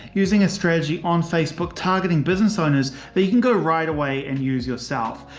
using a strategy on facebook, targeting business owners that you can go right away and use yourself.